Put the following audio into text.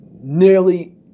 nearly